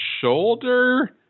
shoulder